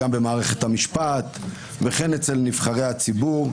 גם במערכת המשפט וכן אצל נבחרי הציבור,